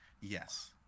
Yes